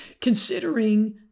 considering